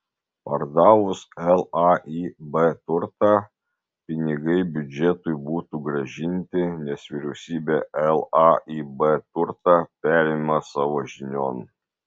pardavus laib turtą pinigai biudžetui būtų grąžinti nes vyriausybė laib turtą perima savo žinion